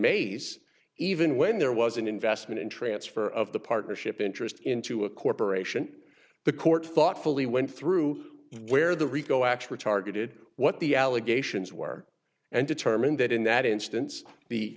may's even when there was an investment in transfer of the partnership interest into a corporation the court thoughtfully went through where the rico actually targeted what the allegations were and determined that in that instance the